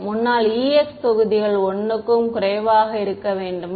முன்னாள் ex தொகுதிகள் 1 க்கும் குறைவாக இருக்க வேண்டுமா